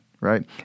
right